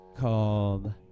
called